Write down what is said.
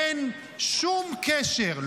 אין שום קשר,